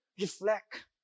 Reflect